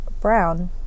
brown